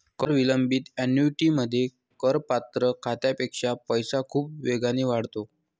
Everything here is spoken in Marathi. कर विलंबित ऍन्युइटीमध्ये, करपात्र खात्यापेक्षा पैसा खूप वेगाने वाढतो